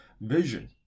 vision